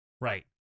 Right